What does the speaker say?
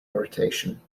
irritation